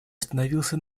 остановился